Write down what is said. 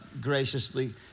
graciously